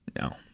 No